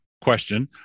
question